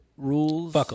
rules